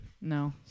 No